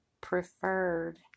preferred